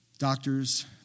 doctors